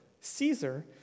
caesar